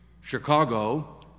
Chicago